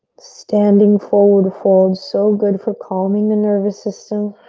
standing forward fold, so good for calming the nervous system.